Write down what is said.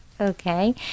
okay